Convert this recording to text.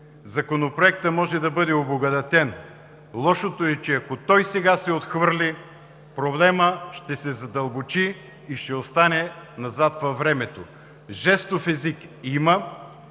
законопроектът може да бъде обогатен. Лошото е, че ако той сега се отхвърли, проблемът ще се задълбочи и ще остане назад във времето. Жестов език има.